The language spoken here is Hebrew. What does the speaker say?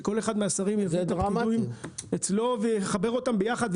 שכל אחד מהשרים יביא את הכיוון שלו ויחברו אותם יחד,